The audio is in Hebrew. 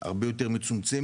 הרבה יותר מצומצמת,